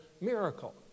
miracle